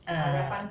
ah